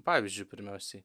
pavyzdžiu pirmiausiai